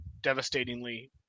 devastatingly